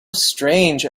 strange